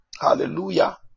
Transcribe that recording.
Hallelujah